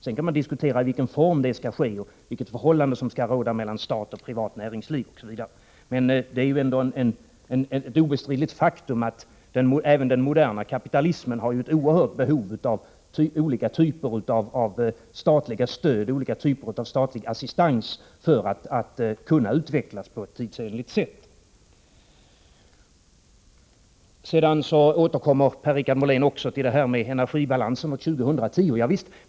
Sedan kan man diskutera i vilken form det skall ske och vilket förhållande som skall råda mellan stat och privat näringsliv, osv. Det är ändå ett obestridligt faktum att även den moderna kapitalismen har ett oerhört stort behov av olika typer av statliga stöd och olika typer av statlig assistans för att kunna utvecklas på ett tidsenligt sätt. Sedan återkommer Per-Richard Molén också till energibalansen år 2010.